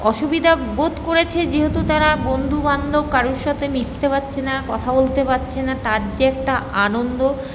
অসুবিধা বোধ করেছে যেহেতু তারা বন্ধুবান্ধব কারোর সাথে মিশতে পারছে না কথা বলতে পারছে না তার যে একটা আনন্দ